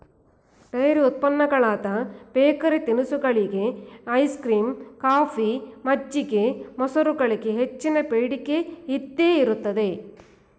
dairy ಉತ್ಪನ್ನಗಳಾದ bakery ತಿನಿಸುಗಳಿಗೆ, ice cream, coffee, ಮಜ್ಜಿಗೆ, ಮೊಸರುಗಳಿಗೆ ಹೆಚ್ಚಿನ ಬೇಡಿಕೆ ಇದ್ದೇ ಇರುತ್ತದೆ